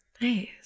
Nice